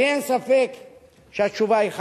כי אין ספק שהתשובה היא חד-משמעית: